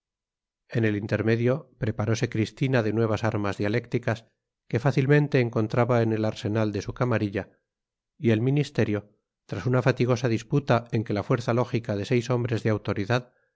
en el intermedio preparose cristina de nuevas armas dialécticas que fácilmente encontraba en el arsenal de su camarilla y el ministerio tras una fatigosa disputa en que la fuerza lógica de seis hombres de autoridad